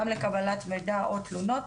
גם לקבלת מידע או תלונות,